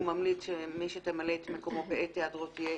הוא ממליץ שמי שתמלא את מקומו בעת היעדרו תהיה